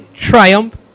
triumph